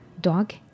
dog